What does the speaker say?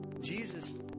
Jesus